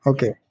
Okay